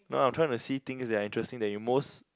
no I'm trying to see things that are interesting that you most